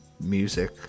music